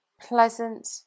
pleasant